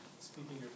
Speaking